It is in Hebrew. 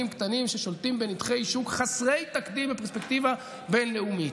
קטנים ששולטים בנתחי שוק חסרי תקדים בפרספקטיבה בין-לאומית.